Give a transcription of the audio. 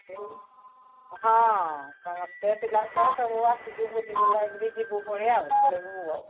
ଉଁ ହଁ ସମସ୍ତେ ପିଲାଛୁଆ ସବୁ ଆସିଛୁ ବୁଲି ବୁଲା କିରି ଯିବୁ ପୁଣି ପଳେଇବୁ ଆଉ